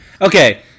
Okay